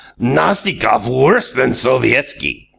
nastikoff worse than sovietski.